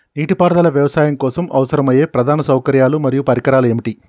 నీటిపారుదల వ్యవసాయం కోసం అవసరమయ్యే ప్రధాన సౌకర్యాలు మరియు పరికరాలు ఏమిటి?